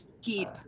keep